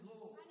Lord